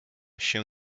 się